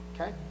Okay